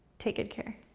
take good care.